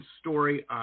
story